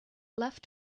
left